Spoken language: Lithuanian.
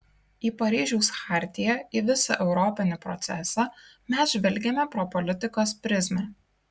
į paryžiaus chartiją į visą europinį procesą mes žvelgiame pro politikos prizmę